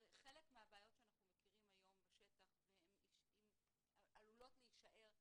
הרי חלק מהבעיות שאנחנו מכירים היום בשטח עלולות להישאר,